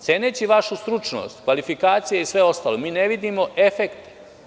Ceneći vašu stručnost, kvalifikacije i sve ostalo, ne vidimo efekte.